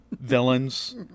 villains